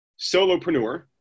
solopreneur